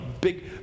big